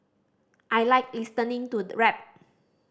I like listening to the rap